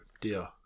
dear